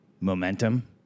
momentum